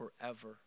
forever